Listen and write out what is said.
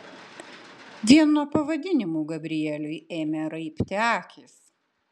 vien nuo pavadinimų gabrieliui ėmė raibti akys